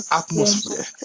atmosphere